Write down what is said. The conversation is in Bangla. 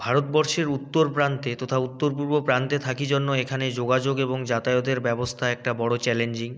ভারতবর্ষের উত্তর প্রান্তে তথা উত্তর পূর্ব প্রান্তে থাকি জন্য এখানে যোগাযোগ এবং যাতায়াতের ব্যবস্তা একটা বড়ো চ্যালেঞ্জিং